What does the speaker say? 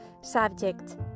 Subject